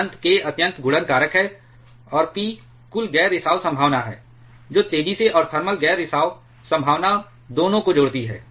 अनंत K अत्यंत गुणन कारक है और p कुल गैर रिसाव संभावना है जो तेजी से और थर्मल गैर रिसाव संभावना दोनों को जोड़ती है